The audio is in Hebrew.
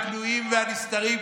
הגלויים והנסתרים,